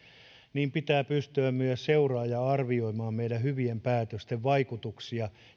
niin pitää pystyä myös seuraamaan ja arvioimaan meidän hyvien päätöstemme vaikutuksia